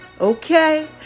Okay